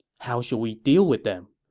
how should we deal with them?